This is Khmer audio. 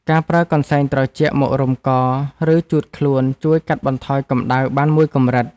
ការប្រើកន្សែងត្រជាក់មករុំក ឬជូតខ្លួន ជួយកាត់បន្ថយកម្ដៅបានមួយកម្រិត។